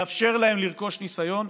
לאפשר להם לרכוש ניסיון.